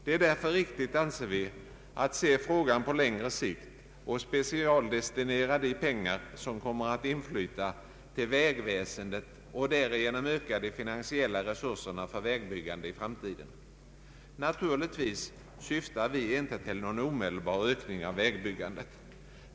Det är därför riktigt, anser vi, att se frågan på längre sikt och specialdestinera de inflytande pengarna till vägväsendet samt därigenom öka de finansiella resurserna för vägbygande i framtiden. Naturligtvis syftar vi inte till någon omedelbar ökning av vägbyggandet.